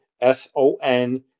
S-O-N